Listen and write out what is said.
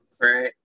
Right